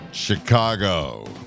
Chicago